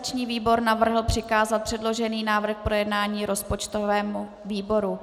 Organizační výbor navrhl přikázat předložený návrh k projednání rozpočtovému výboru.